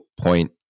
point